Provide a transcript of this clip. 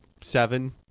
seven